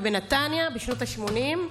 בנתניה בשנות השמונים,